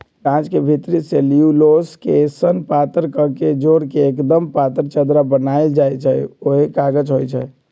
गाछ के भितरी सेल्यूलोस के सन पातर कके जोर के एक्दम पातर चदरा बनाएल जाइ छइ उहे कागज होइ छइ